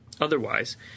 Otherwise